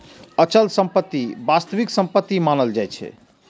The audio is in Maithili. अचल संपत्ति वास्तविक संपत्ति मानल जाइ छै